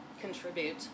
contribute